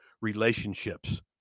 relationships